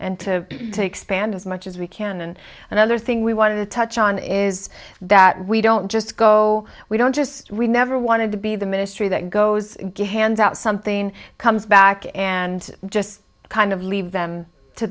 and to take spanned as much as we can and another thing we wanted to touch on is that we don't just go we don't just we never wanted to be the ministry that goes ganz out something comes back and just kind of leave them to